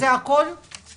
זה כל הכסף?